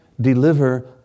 deliver